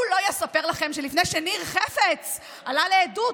הוא לא יספר לכם שלפני שניר חפץ עלה לעדות,